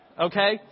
Okay